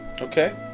Okay